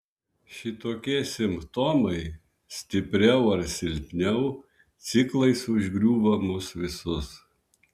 šitokie simptomai stipriau ar silpniau ciklais užgriūva mus visus